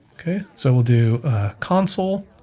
okay, so we'll do a console